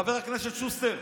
חבר הכנסת שוסטר,